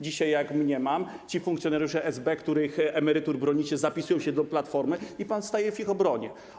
Dzisiaj, jak mniemam, ci funkcjonariusze SB, których emerytur bronicie, zapisują się do Platformy i pan staje w ich obronie.